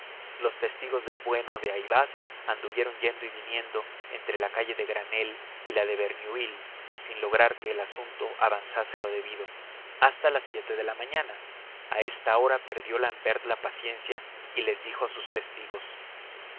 los testigos del bueno de ayvaz anduvieron yendo y viniendo entre la calle de granelle y la de verneuil sin lograr que el asunto avanzase lo debido hasta las siete de la mañana a esta hora perdió l'ambert la paciencia y les dijo a sus testigos